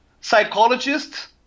psychologists